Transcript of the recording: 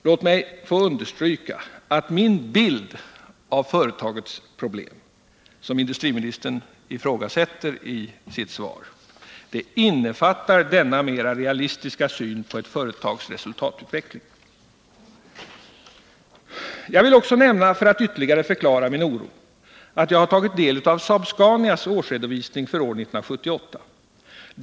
Låt mig här få understryka att min bild av företagets problem, som industriministern ifrågasätter i sitt svar, innefattar denna mera realistiska syn på ett företags resultatutveckling. Jag vill också nämna, för att ytterligare förklara min oro, att jag har tagit del av Saab-Scanias årsredovisning för år 1978.